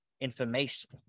information